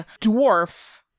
dwarf